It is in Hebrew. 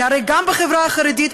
כי הרי גם בחברה החרדית,